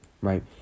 right